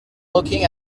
looking